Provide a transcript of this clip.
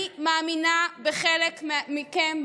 אני מאמינה בחלק מכם,